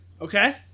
Okay